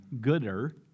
Gooder